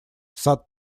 сад